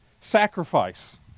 sacrifice